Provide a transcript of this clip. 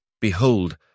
Behold